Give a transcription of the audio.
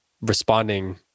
responding